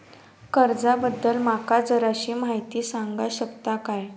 कर्जा बद्दल माका जराशी माहिती सांगा शकता काय?